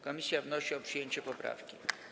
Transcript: Komisja wnosi o przyjęcie poprawki.